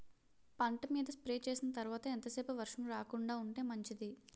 పంట మీద స్ప్రే చేసిన తర్వాత ఎంత సేపు వర్షం రాకుండ ఉంటే మంచిది?